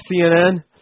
CNN